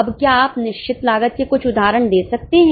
अब क्या आप निश्चित लागत के कुछ उदाहरण दे सकते हैं